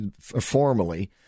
formally